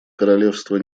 королевство